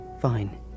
fine